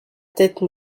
tête